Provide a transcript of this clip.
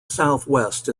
southwest